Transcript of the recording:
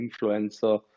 influencer